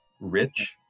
rich